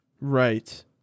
right